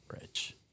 rich